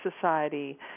Society